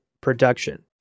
production